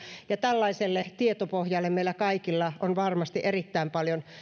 tällaiselle tietopohjalle meillä kaikilla on varmasti erittäin paljon